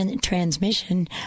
transmission